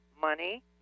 money